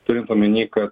turint omeny kad